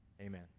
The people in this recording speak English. Amen